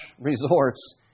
resorts